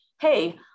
hey